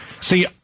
see